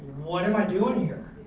what am i doing here?